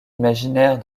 imaginaire